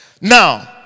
Now